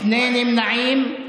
שני נמנעים.